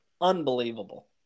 Unbelievable